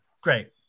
great